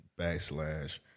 backslash